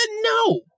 no